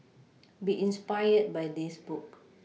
be inspired by this book